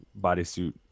bodysuit